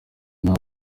nta